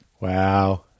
Wow